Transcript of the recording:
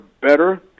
better